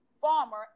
farmer